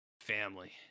family